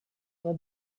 were